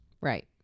Right